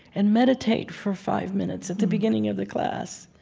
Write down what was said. and meditate for five minutes at the beginning of the class.